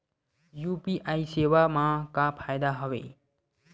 UPI सेवा मा का फ़ायदा हवे?